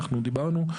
אנחנו דיברנו.